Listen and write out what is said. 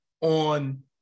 on